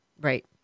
Right